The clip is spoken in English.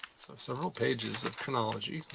so several pages of chronology.